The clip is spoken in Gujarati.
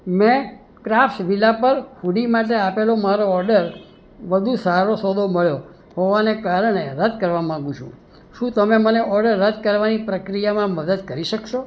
મેં ક્રાફ્ટ્સવિલા પર હૂડી માટે આપેલો મારો ઓડર વધુ સારો સોદો મળ્યો હોવાને કારણે રદ કરવા માગું છું શું તમે મને ઓડર રદ કરવાની પ્રક્રિયામાં મદદ કરી શકશો